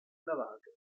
navate